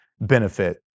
benefit